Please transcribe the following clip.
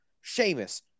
Sheamus